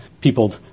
people